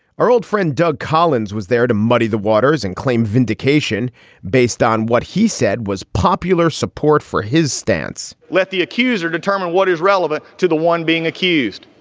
our old friend doug collins was there to muddy the waters and claim vindication based on what he said was popular support for his stance let the accuser determine what is relevant to the one being accused.